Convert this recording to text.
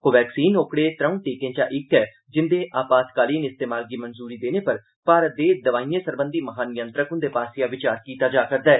कोवैक्सीन ओकडे त्रौं टीकें चा इक ऐ जिंदे आपातकालीन इस्तेमाल गी मंजूरी देने पर भारत दे दवाइयें सरबंधी महानियंत्रक हंदे पास्सेआ विचार कीता जा करदा ऐ